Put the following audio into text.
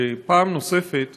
שפעם נוספת